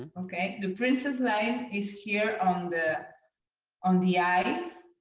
okay? the princess line is here on the on the eyes.